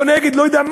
או נגד, לא יודע?